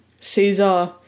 Caesar